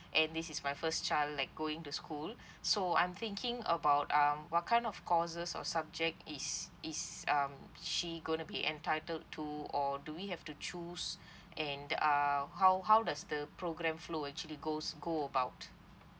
and this is my first child like going to school so I'm thinking about um what kind of courses or subject is is um she gonna be entitled to or do we have to choose and uh how how does the program flow actually goes go about